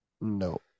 No